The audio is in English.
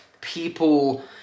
people